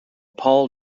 paul